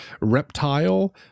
Reptile